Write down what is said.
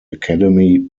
academy